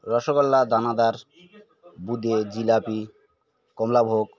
রসগোল্লা দানাদার বোঁদে জিলিপি কমলাভোগ